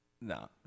No